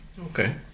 Okay